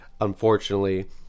unfortunately